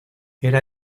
era